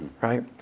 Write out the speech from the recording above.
Right